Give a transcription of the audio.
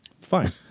fine